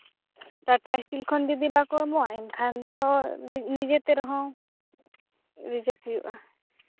Tata steel ᱠᱷᱚᱱ ᱡᱩᱫᱤ ᱵᱟᱠᱚ ᱮᱢᱚᱜᱼᱟ ᱢᱮᱱᱠᱷᱟᱱ ᱫᱚ ᱱᱤᱡᱮᱛᱮ ᱨᱮᱦᱚᱸ ᱨᱤᱡᱟᱹᱵᱷ ᱦᱩᱭᱩᱜᱼᱟ